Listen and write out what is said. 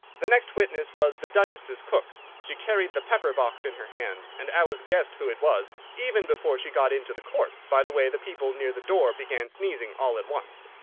the next witness was the duchess's cook. she carried the pepper-box in her hand, and alice guessed who it was, even before she got into the court, by the way the people near the door began sneezing all at once.